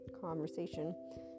conversation